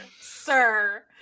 Sir